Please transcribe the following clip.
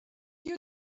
you